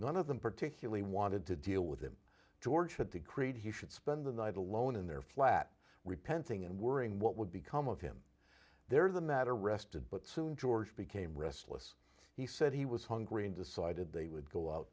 none of them particularly wanted to deal with him george had to create he should spend the night alone in their flat repenting and worrying what would become of him there the matter rested but soon george became restless he said he was hungry and decided they would go out